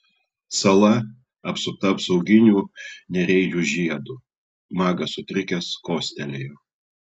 sala apsupta apsauginiu nereidžių žiedu magas sutrikęs kostelėjo